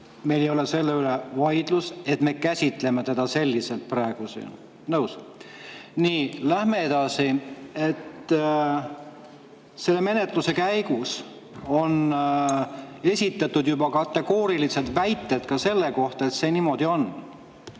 Meil ei ole selle üle vaidlust, et me käsitleme seda praegu siin selliselt. Nõus? Nii, läheme edasi. Selle menetluse käigus on esitatud kategoorilised väited ka selle kohta, et see niimoodi on.